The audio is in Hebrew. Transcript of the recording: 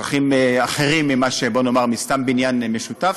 צרכים אחרים מסתם בניין משותף,